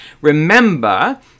remember